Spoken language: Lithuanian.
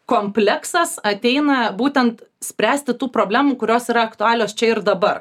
kompleksas ateina būtent spręsti tų problemų kurios yra aktualios čia ir dabar